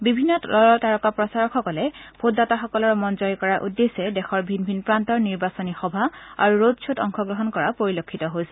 বিভিন্ন দলৰ তাৰকা প্ৰচাৰকসকলে ভোটদাতাসকলৰ মন জয় কৰাৰ উদ্দেশ্যে দেশৰ ভিন ভিন প্ৰান্তৰ নিৰ্বাচনী সভা আৰু ৰোড খ্বত অংশগ্ৰহণ কৰা পৰিলক্ষিত হৈছে